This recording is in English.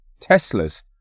Teslas